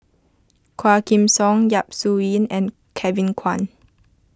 Quah Kim Song Yap Su Yin and Kevin Kwan